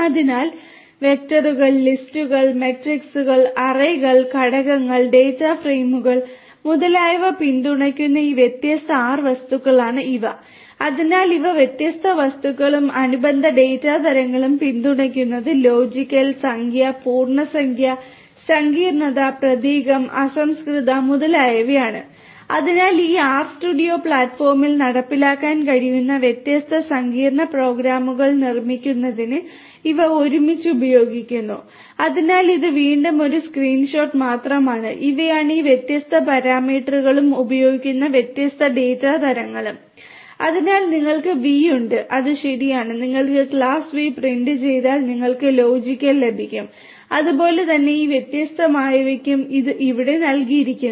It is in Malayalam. അതിനാൽ വെക്റ്ററുകൾ ഉണ്ട് അത് ശരിയാണ് നിങ്ങൾ ക്ലാസ് V പ്രിന്റ് ചെയ്താൽ നിങ്ങൾക്ക് ലോജിക്കൽ ലഭിക്കും അതുപോലെ തന്നെ ഈ വ്യത്യസ്തമായവയ്ക്കും ഇത് ഇവിടെ നൽകിയിരിക്കുന്നു